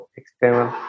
external